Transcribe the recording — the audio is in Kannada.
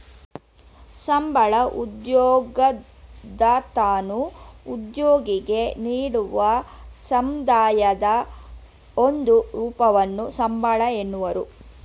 ಸಂಬಳ ಉದ್ಯೋಗದತನು ಉದ್ಯೋಗಿಗೆ ನೀಡುವ ಸಂದಾಯದ ಒಂದು ರೂಪವನ್ನು ಸಂಬಳ ಎನ್ನುವರು